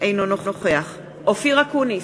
אינו נוכח אופיר אקוניס,